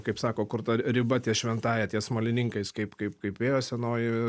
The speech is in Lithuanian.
kaip sako kur ta ri riba ties šventąja ties smalininkais kaip kaip kaip ėjo senoji